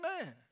Amen